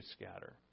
scatter